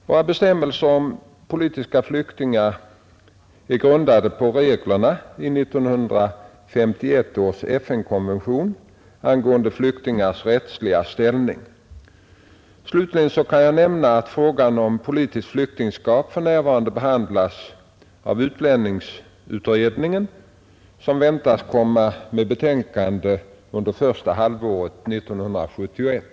Våra bestämmelser om politiska flyktingar är grundade på reglerna i 1951 års FN-konvention angående flyktingars rättsliga ställning. Slutligen kan jag nämna att frågan om politiskt flyktingskap för närvarande behandlas av utlänningsutredningen som väntas komma med betänkande under första halvåret 1971.